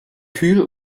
kühl